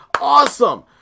Awesome